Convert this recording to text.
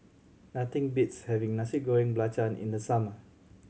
nothing beats having Nasi Goreng Belacan in the summer